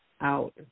out